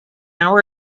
hour